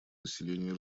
населения